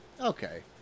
okay